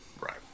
Right